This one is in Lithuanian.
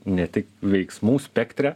ne tik veiksmų spektre